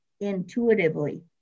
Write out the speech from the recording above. intuitively